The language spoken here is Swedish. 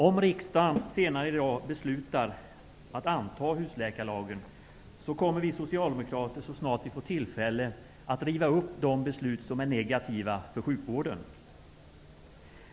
Om riksdagen senare i dag beslutar att anta husläkarlagen, kommer vi socialdemokrater att så snart vi får tillfälle att riva upp de beslut som är negativa för sjukvården.